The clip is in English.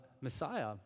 Messiah